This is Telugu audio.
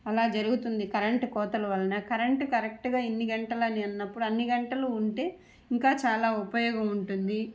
అలా జరుగుతుంది కరెంటు కోతల వలన కరెంటు కరెక్టుగా ఇన్ని గంటలని అన్నప్పుడు అన్ని గంటలు ఉంటే ఇంకా చాలా ఉపయోగం ఉంటుంది